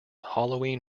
halloween